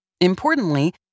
Importantly